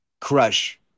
crush